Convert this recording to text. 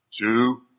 Two